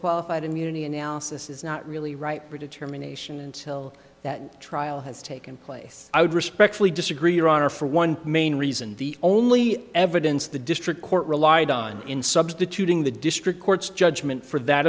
qualified immunity analysis is not really right for determination until that trial has taken place i would respectfully disagree your honor for one main reason the only evidence the district court relied on in substituting the district court's judgment for that